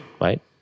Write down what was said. right